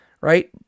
Right